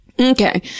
Okay